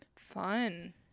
Fun